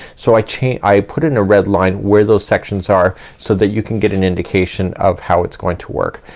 so i cha, i put in a red line where those sections are so that you can get an indication of how it's going to work.